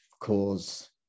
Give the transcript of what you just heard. cause